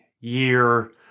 year